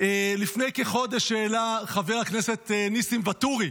לפני כחודש העלה חבר הכנסת ניסים ואטורי